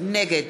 נגד